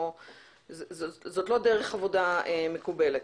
זאת לא דרך עבודה מקובלת.